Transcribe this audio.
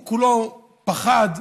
הוא כולו פחד: